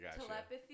Telepathy